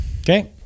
Okay